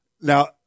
now